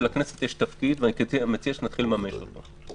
שלכנסת יש תפקיד ואני מציע שנתחיל לממש אותו.